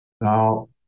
Now